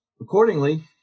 Accordingly